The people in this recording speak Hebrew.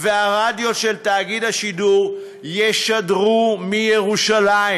והרדיו של תאגיד השידור ישדרו מירושלים,